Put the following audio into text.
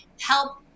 help